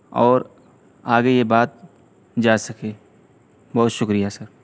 اور آگے یہ بات جا سکے بہت شکریہ سر